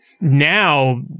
now